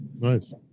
Nice